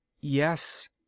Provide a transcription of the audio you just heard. Yes